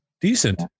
decent